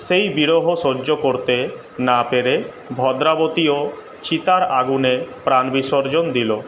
সেই বিরহ সহ্য করতে না পেরে ভদ্রাবতীও চিতার আগুনে প্রাণ বিসর্জন দিল